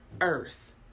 Earth